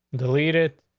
delete it.